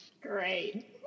Great